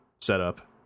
setup